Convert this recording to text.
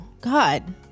God